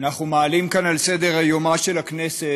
אנחנו מעלים כאן על סדר-יומה של הכנסת